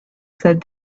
said